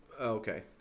Okay